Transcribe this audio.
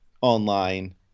Online